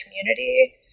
community